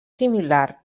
similar